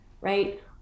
right